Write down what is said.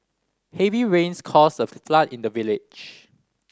heavy rains caused a flood in the village